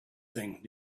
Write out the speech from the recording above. thing